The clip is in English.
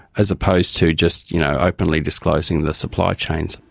as opposed to just you know openly disclosing the supply chains.